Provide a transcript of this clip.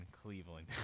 Cleveland